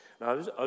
Now